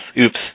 Oops